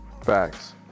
Facts